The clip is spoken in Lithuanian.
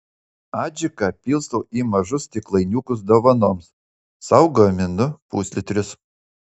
adžiką pilstau į mažus stiklainiukus dovanoms sau gaminu puslitrius